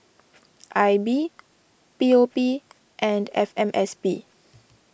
I B P O P and F M S P